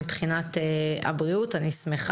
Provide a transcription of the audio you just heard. את לא מקשיבה.